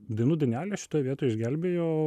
dainų dainelė šitoj vietoj išgelbėjo